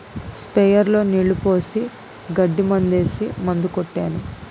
sprayer లో నీళ్లు పోసి గడ్డి మందేసి మందు కొట్టాను